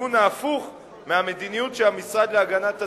בכיוון ההפוך מהמדיניות של המשרד להגנת הסביבה,